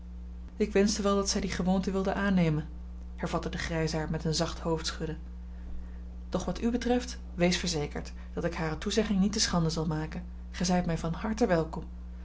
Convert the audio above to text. ik wenschte wel dat zij die gewoonte wilde aannemen hervatte de grijsaard met een zacht hoofdschudden doch wat u betreft wees verzekerd dat ik hare toezegging niet te schande zal maken gij zijt mij van harte welkom